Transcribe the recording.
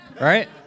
Right